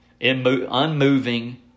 unmoving